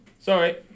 Sorry